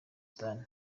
sudan